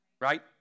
Right